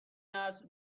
نسل